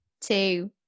two